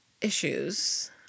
issues